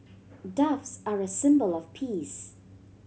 doves are a symbol of peace